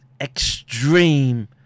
extreme